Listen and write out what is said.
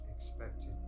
expected